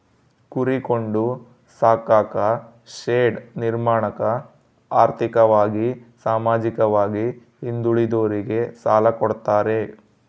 ಕುರಿ ಕೊಂಡು ಸಾಕಾಕ ಶೆಡ್ ನಿರ್ಮಾಣಕ ಆರ್ಥಿಕವಾಗಿ ಸಾಮಾಜಿಕವಾಗಿ ಹಿಂದುಳಿದೋರಿಗೆ ಸಾಲ ಕೊಡ್ತಾರೆ